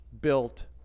built